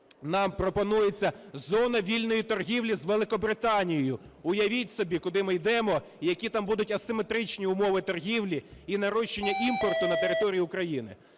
нам пропонується зони вільної торгівлі з Великобританією. Уявіть собі, куди ми йдемо і які там будуть асиметричні умови торгівлі і нарощення імпорту на території України.